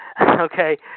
Okay